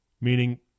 meaning